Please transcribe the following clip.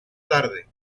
tarde